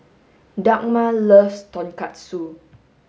Dagmar loves tonkatsu